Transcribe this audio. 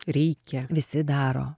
reikia visi daro